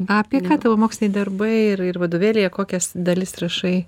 apie ką tavo moksliniai darbai ir ir vadovėlyje kokias dalis rašai